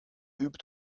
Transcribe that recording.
übt